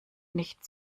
nicht